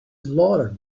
slaughter